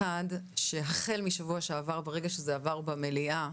אחד, שהחל משבוע שעבר, כאשר זה עבר במליאה,